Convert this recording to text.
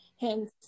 hence